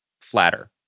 flatter